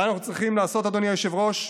מה אנחנו צריכים לעשות, אדוני היושב-ראש?